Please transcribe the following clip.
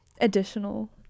additional